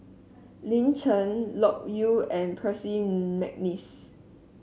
Lin Chen Loke Yew and Percy McNeice